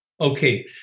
Okay